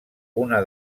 una